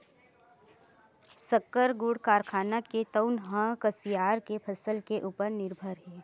सक्कर, गुड़ कारखाना हे तउन ह कुसियार के फसल के उपर निरभर हे